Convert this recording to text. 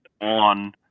on